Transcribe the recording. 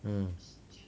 mm